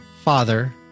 Father